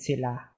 sila